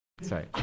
Sorry